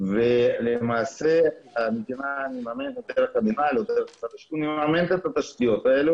ולמעשה המדינה מממנת את התשתיות האלו